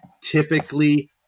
typically